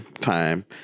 time